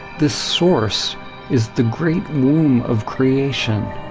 this source is the great womb of creation,